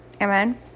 Amen